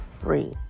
free